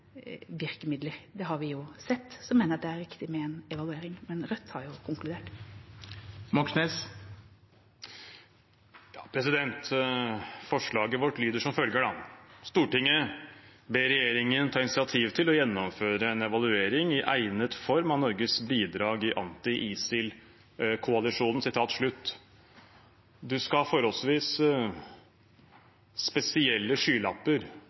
virkemidler, det har vi jo sett, mener jeg det er viktig med en evaluering. Men Rødt har jo konkludert. Forslaget vårt lyder som følger: «Stortinget ber regjeringen ta initiativ til å gjennomføre en evaluering i egnet form av Norges bidrag i anti-ISIL-koalisjonen.» Man skal ha forholdsvis spesielle skylapper